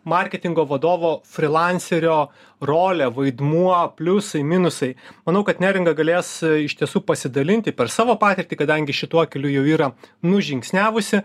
marketingo vadovo frilanserio rolė vaidmuo pliusai minusai manau kad neringa galės iš tiesų pasidalinti per savo patirtį kadangi šituo keliu jau yra nužingsniavusi